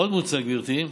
עוד מוצע, גברתי,